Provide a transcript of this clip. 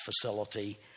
facility